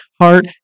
heart